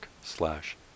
slash